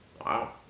Wow